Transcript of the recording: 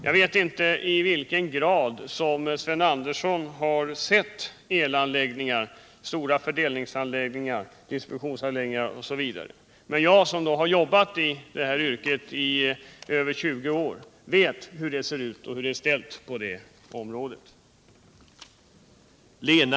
Jag vet inte i vilken utsträckning Sven Andersson har studerat stora fördelningsanläggningar, distributionsanläggningar osv., men jag som arbetat på området i över 20 år vet hur det är ställt på de punkterna.